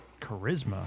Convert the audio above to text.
Charisma